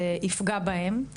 זה יפגע בהם,